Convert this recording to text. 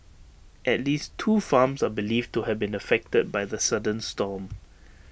at least two farms are believed to have been affected by the sudden storm